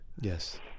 Yes